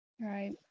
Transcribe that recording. Right